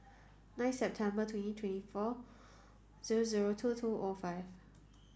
ninth September twenty twenty four zero zero two two O five